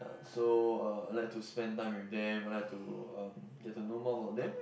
so uh I like to spend time with them I like to um get to know more about them